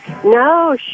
No